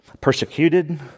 Persecuted